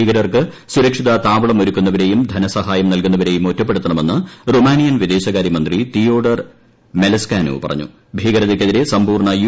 ഭീകരർക്ക് സുരക്ഷിത താവളം ഒരുക്കുണ്ണവരെയും ധനസഹായം നൽകുന്നവരെയും ഒറ്റപ്പെടുത്തണമെന്ന് പ്ലൂമാനിയൻ വിദേശകാര്യമന്ത്രി തിയോഡർ മെലസ്കാനു പറഞ്ഞുക്ക് ഭീകരതയ്ക്കെതിരെ സമ്പൂർണ യു